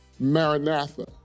Maranatha